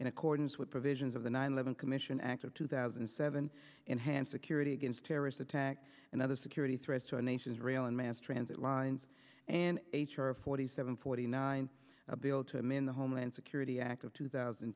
in accordance with provisions of the nine eleven commission act of two thousand and seven enhanced security against terrorist attacks and other security threats to our nation's rail and mass transit lines and h r forty seven forty nine a bill to man the homeland security act of two thousand